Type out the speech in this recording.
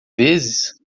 vezes